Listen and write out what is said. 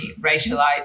racialized